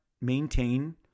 maintain